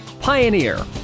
Pioneer